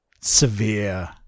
severe